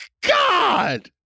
God